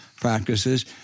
practices